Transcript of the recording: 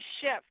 shift